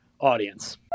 audience